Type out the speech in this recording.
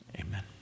amen